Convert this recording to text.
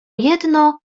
jedno